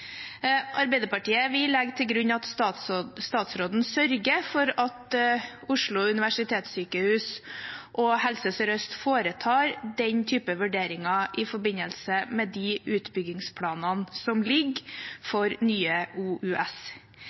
Arbeiderpartiet legger til grunn at statsråden sørger for at Oslo universitetssykehus og Helse Sør-Øst foretar den typen vurderinger i forbindelse med de utbyggingsplanene som foreligger for nye OUS.